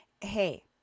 Hey